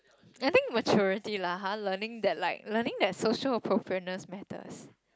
I think maturity lah [huh] learning that like learning that social appropriateness matters